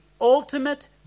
ultimate